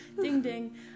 ding-ding